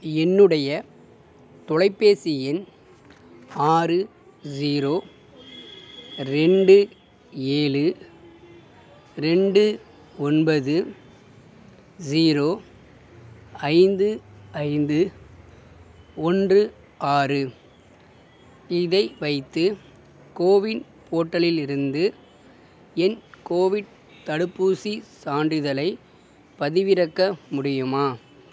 என்னுடைய தொலைபேசி எண் ஆறு ஜீரோ ரெண்டு ஏழு ரெண்டு ஒன்பது ஜீரோ ஐந்து ஐந்து ஒன்று ஆறு இதை வைத்து கோவின் போர்ட்டலிலிருந்து என் கோவிட் தடுப்பூசிச் சான்றிதழைப் பதிவிறக்க முடியுமா